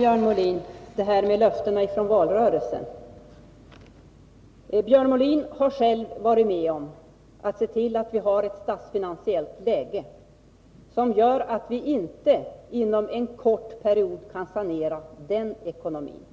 Fru talman! Beträffande löftena från valrörelsen vill jag säga till Björn Molin att han själv har varit med om att se till att vi har ett statsfinansiellt läge som gör att vi inte på kort tid kan sanera ekonomin.